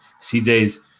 CJ's